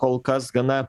kol kas gana